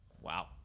Wow